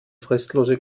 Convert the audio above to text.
fristlose